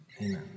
amen